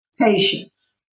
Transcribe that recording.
Patience